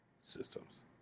systems